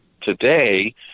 today